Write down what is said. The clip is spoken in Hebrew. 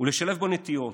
ולשלב בו נטיעות.